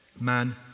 Man